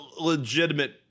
legitimate